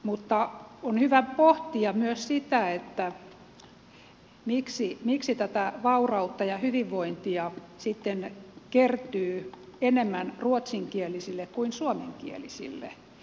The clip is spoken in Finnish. mutta on hyvä pohtia myös sitä miksi tätä vaurautta ja hyvinvointia sitten kertyy enemmän ruotsinkielisille kuin suomenkielisille